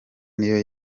niyo